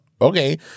okay